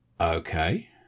okay